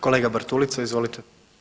Kolega BArtulica, izvolite.